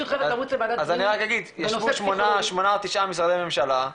אז אני רק אגיד שישבו שמונה-תשעה משרדי ממשלה,